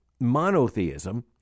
monotheism